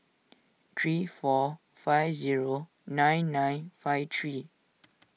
three four five zero nine nine five three